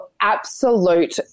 absolute